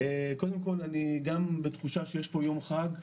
קודם כול אני גם בתחושה שיש פה יום חג.